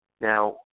Now